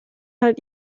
halt